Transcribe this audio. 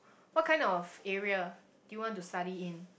what kind of area do you want to study in